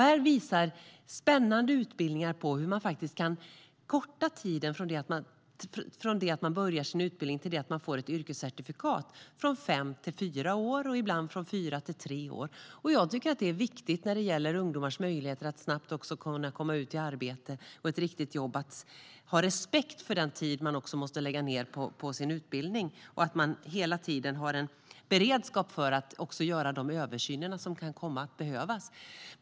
Det finns spännande exempel på att man faktiskt kan korta tiden från det att man påbörjar sin utbildning till det att man får ett yrkescertifikat från fem till fyra år och ibland från fyra till tre år. Jag tycker att det är viktigt när det gäller ungdomars möjligheter att komma ut i arbete och få ett riktigt jobb att man har respekt för den tid man måste lägga ned på sin utbildning och att man hela tiden har en beredskap för de översyner som kan komma att behövas.